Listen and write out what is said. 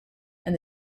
and